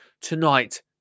Tonight